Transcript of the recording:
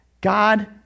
God